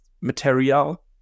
material